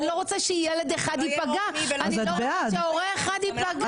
כי אני לא רוצה שילד אחד או הורה אחד ייפגעו.